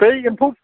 बै एम्फौ